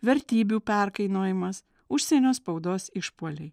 vertybių perkainojimas užsienio spaudos išpuoliai